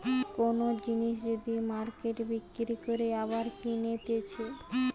কোন জিনিস যদি মার্কেটে বিক্রি করে আবার কিনতেছে